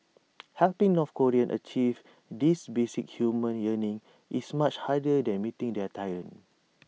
helping north Koreans achieve this basic human yearning is much harder than meeting their tyrant